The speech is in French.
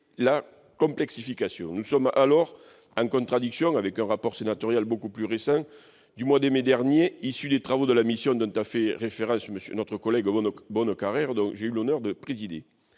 une complexification. Nous entrons alors en contradiction avec un rapport sénatorial beaucoup plus récent, du mois de mai dernier, issu des travaux de la mission d'information à laquelle a fait référence notre collègue Bonnecarrère et que j'ai eu l'honneur de présider.